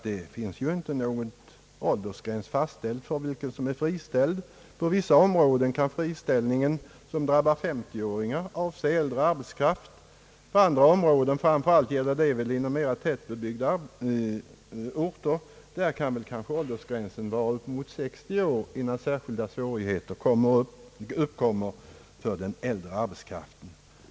Det finns ju ingen åldersgräns för dem som är friställda — på vissa områden kan en friställning som drabbar 50-åringar anses gälla äldre arbetskraft, på andra områden och särskilt i tätorter kan åldersgränsen kanske vara upp mot 60 år innan särskilda svårigheter uppkommer för den s.k. äldre arbetskraften.